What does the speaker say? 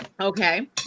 Okay